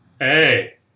Hey